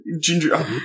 ginger